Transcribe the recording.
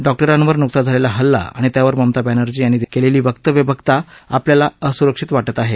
डॉक्टरांवर नुकताच झालेला हल्ला आणि त्यावर ममता बॅनर्जी यांनी केलेली वक्तव्य बघता आपल्याला असुरक्षित वाटत आहे